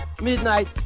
midnight